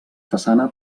façana